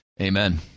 amen